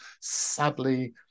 sadly